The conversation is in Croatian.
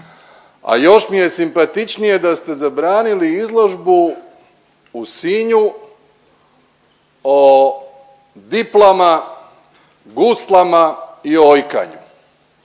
a još mi je simpatičnije da ste zabranili izložbu u Sinju o diplama, guslama i o ojkanju.